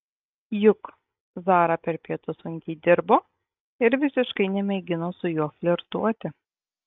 juk zara per pietus sunkiai dirbo ir visiškai nemėgino su juo flirtuoti